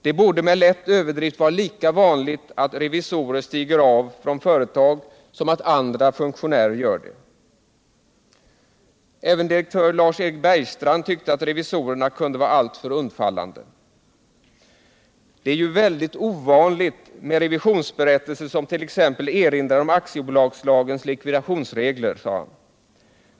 Det borde, med lätt överdrift, vara lika vanligt att revisorer "stiger av” från företag som att andra funktionärer gör det.” Även direktör Lars-Erik Bergstrand tyckte att revisorer kunde vara alltför undfallande: ”Det är ju väldigt ovanligt med revisionsberättelser som erinrar om aktiebolagens likvidationsregler.